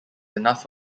enough